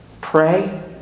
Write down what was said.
Pray